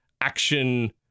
action